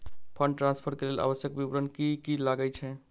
Fund transfer केँ लेल आवश्यक विवरण की की लागै छै?